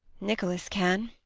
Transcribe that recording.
nicholas can.